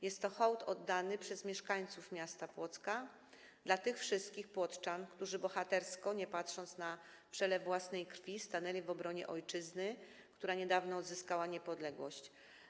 Jest to hołd oddany przez mieszkańców miasta Płocka tym wszystkim płocczanom, którzy bohatersko, nie patrząc na przelewaną własną krew, stanęli w obronie ojczyzny, która nie tak dawno odzyskała niepodległość.